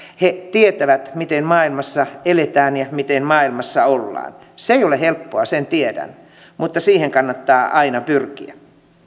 he tietävät miten maailmassa eletään ja miten maailmassa ollaan se ei ole helppoa sen tiedän mutta siihen kannattaa aina pyrkiä